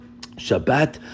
Shabbat